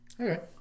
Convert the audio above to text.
Okay